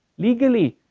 legally.